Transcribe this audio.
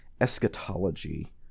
Eschatology